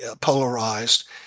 polarized